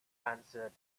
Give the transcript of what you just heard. answered